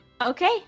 Okay